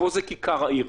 פה זה כיכר העיר,